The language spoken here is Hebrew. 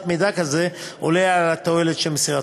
מידע כזה עולה על התועלת שבמסירתו.